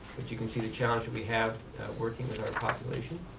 but you can see the challenge that we have working with our population.